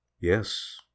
Yes